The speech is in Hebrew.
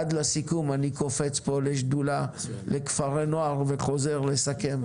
עד לסיכום אני קופץ פה לשדולה לכפרי נוער וחוזר לסכם.